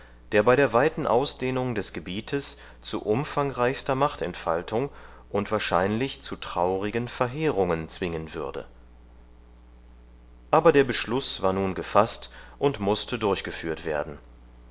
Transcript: der bei der weiten ausdehnung des gebietes zu umfangreichster machtentfaltung und wahrscheinlich zu traurigen verheerungen zwingen würde aber der beschluß war nun gefaßt und mußte durchgeführt werden